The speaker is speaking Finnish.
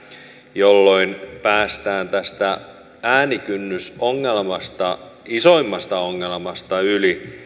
jolloin päästään tästä äänikynnysongelmasta isoimmasta ongelmasta yli